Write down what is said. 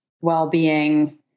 well-being